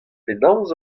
penaos